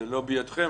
זה לא בידכם,